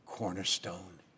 cornerstone